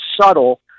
subtle